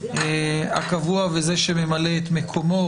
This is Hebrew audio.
הקבוע וזה שממלא את מקומו,